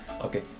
Okay